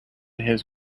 his